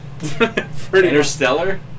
interstellar